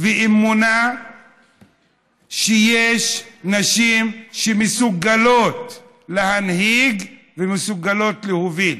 ואמונה שיש נשים שמסוגלות להנהיג ומסוגלות להוביל.